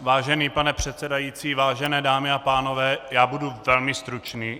Vážený pane předsedající, vážené dámy a pánové, já budu velmi stručný.